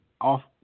off